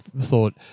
thought